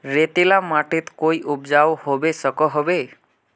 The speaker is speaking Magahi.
रेतीला माटित कोई उपजाऊ होबे सकोहो होबे?